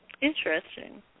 Interesting